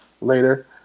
later